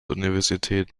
universität